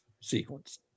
sequence